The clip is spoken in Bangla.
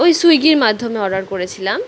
ওই সুইগির মাধ্যমে অর্ডার করেছিলাম